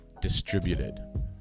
distributed